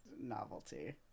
Novelty